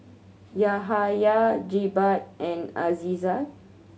Yahaya Jebat and Aizat